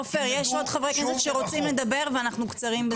עופר כסיף יש עוד חבר הכנסת שרוצים לדבר ואנחנו קצרים בזמן.